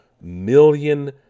million